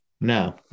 No